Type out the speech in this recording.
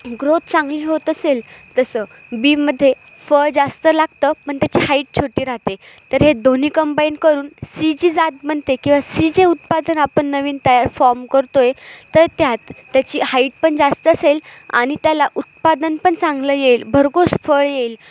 growth चांगली होत असेल तसं बीमध्ये फळ जास्त लागतं पण त्याची हाईट छोटी राहते तर हे दोन्ही कंबाईन करून सी जी जात बनते किंवा सी जे उत्पादन आपण नवीन तयार फॉर्म करतो आहे तर त्यात त्याची हाईट पण जास्त असेल आणि त्याला उत्पादन पण चांगलं येईल भरपूर फळ येईल